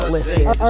Listen